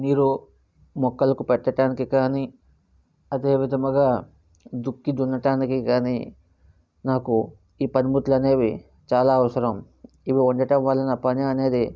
నీరు మొక్కలకి పెట్టటానికి కానీ అదేవిధముగా దుక్కి దున్నటానికి కానీ నాకు ఈ పని ముట్లు అనేవి చాలా అవసరం ఇవి వుండటం వలన పని అనేది